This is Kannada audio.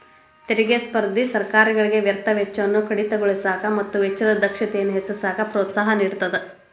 ತೆರಿಗೆ ಸ್ಪರ್ಧೆ ಸರ್ಕಾರಗಳಿಗೆ ವ್ಯರ್ಥ ವೆಚ್ಚವನ್ನ ಕಡಿತಗೊಳಿಸಕ ಮತ್ತ ವೆಚ್ಚದ ದಕ್ಷತೆಯನ್ನ ಹೆಚ್ಚಿಸಕ ಪ್ರೋತ್ಸಾಹ ನೇಡತದ